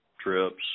trips